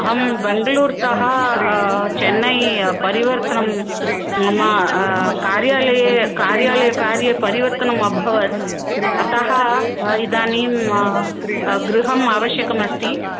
अहं बेङ्गळूरु तः चन्नै परिवर्तनं मम कार्यालये कार्यालयकार्ये परिवर्तनमभवत् अतः इदानीं गृहम् आवश्यकमस्ति